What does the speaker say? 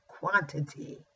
quantity